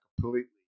completely